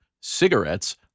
cigarettes